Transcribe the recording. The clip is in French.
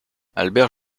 albert